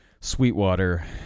Sweetwater